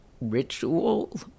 ritual